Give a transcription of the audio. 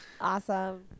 Awesome